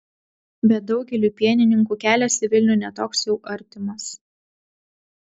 bet daugeliui pienininkų kelias į vilnių ne toks jau artimas